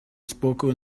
spoken